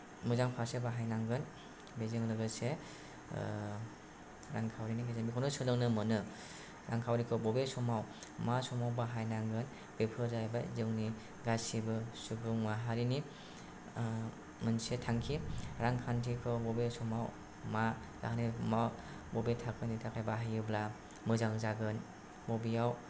मोजां फारसे बाहायनांगोन बेजों लोगोसे रांखावरिनि गेजेरजों बेखौनो सोलोंनो मोनो रांखावरिखौ बबे समाव मा समाव बाहायनांगोन बेफोर जाहैबाय जोंनि गासैबो सुबुं माहारिनि मोनसे थांखि रांखान्थिखौ बबे समाव मा जाहोननि माबा बबे थाखोनि थाखाय बाहायोब्ला मोजां जागोन बबेयाव